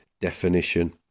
definition